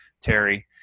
Terry